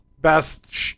best